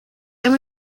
and